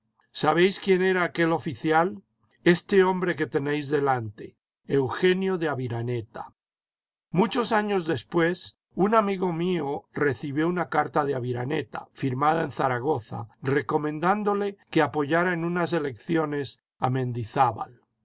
sabéis quién era aquel oficial este hombre que tenéis delante eugenio de aviraneta muchos años después un amigo mío recibió una carta de aviraneta firmada en zaragoza recomendándole que apoyara en unas elecciones a mendizábal